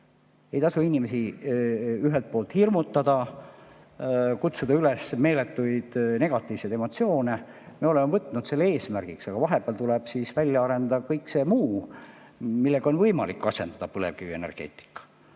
Ei tasu inimesi hirmutada ega kutsuda esile meeletuid negatiivseid emotsioone. Me oleme võtnud selle eesmärgiks, aga vahepeal tuleb välja arendada kõik muu, millega on võimalik asendada põlevkivienergeetika.